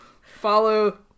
Follow